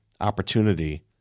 opportunity